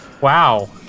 Wow